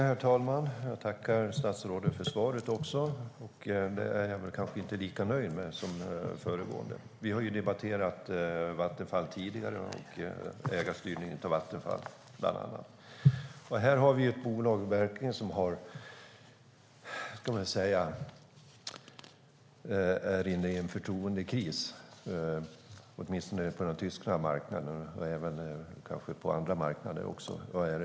Herr talman! Jag tackar statsrådet för svaret, men jag är kanske inte lika nöjd med det som med det föregående. Vi har debatterat bland annat Vattenfall och ägarstyrningen av Vattenfall tidigare. Här har vi ett bolag som verkligen är inne i en förtroendekris och som är ifrågasatt, åtminstone på den tyska marknaden och kanske även på andra marknader.